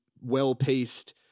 well-paced